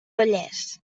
vallès